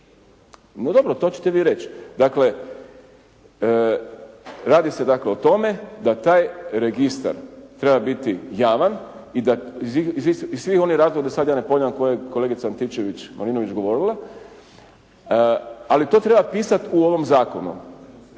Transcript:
No dobro, to ćete vi reći. Dakle radi se dakle o tome da taj registar treba biti javan i da i svi oni … /Govornik se ne razumije./ … da sad ja ne ponavljam koje je kolegica Antičević-Marinović govorila, ali to treba pisati u ovom zakonu.